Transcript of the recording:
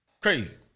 Crazy